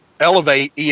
elevate